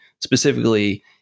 specifically